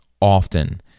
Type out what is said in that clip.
often